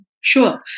Sure